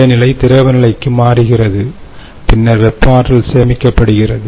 திட நிலை திரவ நிலைக்கு மாறுகிறது பின்னர் வெப்ப ஆற்றல் சேமிக்கப்படுகிறது